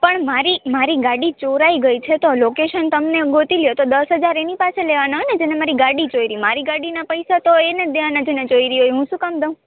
પણ મારી મારી ગાડી ચોરાઇ ગઈ છે તો લોકેશન તમને ગોતી લો તો દસ હજાર એની પાસે લેવાના હોય ને જેણે મારી ગાડી ચોરી મારી ગાડીના પૈસા તો એણે જ દેવાના જેણે ચોરી હોય હું શું કામ દઉં